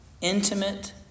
intimate